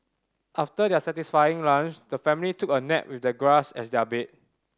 after their satisfying lunch the family took a nap with the grass as their bed